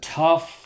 tough